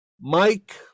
Mike